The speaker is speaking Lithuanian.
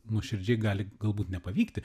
nuoširdžiai gali galbūt nepavykti